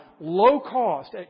low-cost